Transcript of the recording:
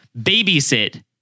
babysit